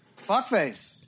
Fuckface